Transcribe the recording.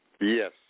Yes